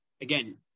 again